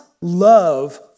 love